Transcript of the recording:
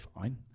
Fine